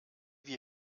wir